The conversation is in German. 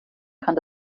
kann